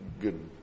good